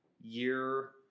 year